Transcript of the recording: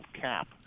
cap